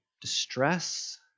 Distress